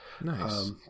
Nice